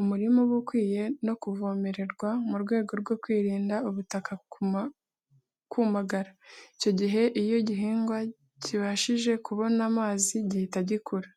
Umurima uba ukwiye no kuvomererwa mu rwego rwo kurinda ubutaka kumagara. Icyo gihe iyo igihingwa kibashije kubona amazi gihita gikura.